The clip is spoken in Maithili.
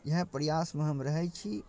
इएह प्रयासमे हम रहै छी